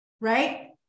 right